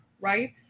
right